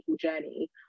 journey